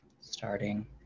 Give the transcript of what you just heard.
starting